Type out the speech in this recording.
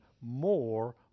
more